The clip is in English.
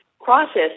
process